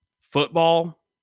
football